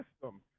system